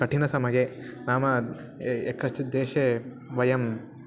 कठिणसमये नाम ए कश्चिद्देशे वयं